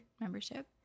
membership